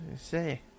Say